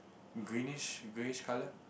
greenish greyish colour